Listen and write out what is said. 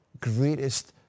greatest